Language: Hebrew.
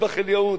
"אטבח אל-יהוד",